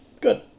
Good